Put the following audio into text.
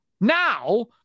now